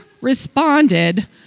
responded